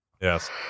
Yes